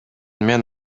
мен